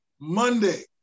Monday